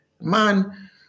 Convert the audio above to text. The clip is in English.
Man